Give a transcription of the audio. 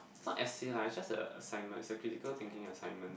it's not essay lah it's just a assignment it's a critical thinking assignment